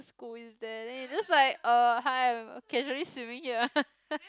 school is there then you just like uh hi I'm casually swimming here